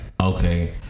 okay